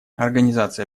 организация